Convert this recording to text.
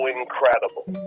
incredible